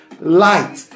Light